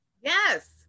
Yes